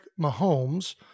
Mahomes